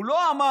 הוא לא אמר: